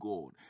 God